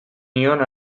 nion